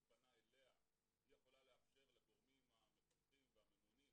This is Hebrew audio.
פנה אליה היא יכולה לאפשר לגורמים המפקחים והממונים,